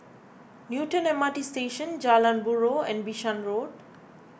Newton M R T Station Jalan Buroh and Bishan Road